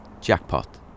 Jackpot